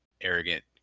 arrogant